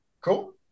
Cool